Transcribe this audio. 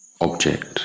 object